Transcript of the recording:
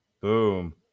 Boom